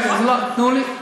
נכון, צודק.